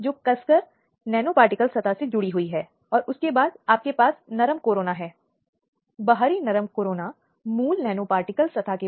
विशेष police इकाइयाँ बनाई गई हैं और यह विशेष पुलिस इकाइयाँ जाँच प्रक्रिया के दौरान बाल संरक्षक के रूप में कार्य करने वाली हैं